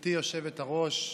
גברתי היושבת-ראש,